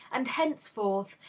and henceforth,